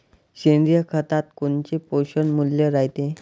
सेंद्रिय खतात कोनचे पोषनमूल्य रायते?